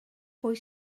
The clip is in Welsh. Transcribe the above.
pwy